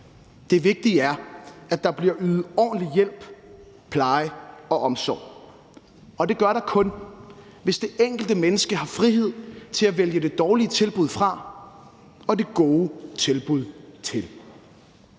Det vigtige er, at der bliver ydet ordentlig hjælp, pleje og omsorg, og det gør der kun, hvis det enkelte menneske har frihed til at vælge det dårlige tilbud fra og det gode tilbud til.